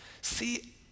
see